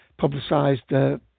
publicised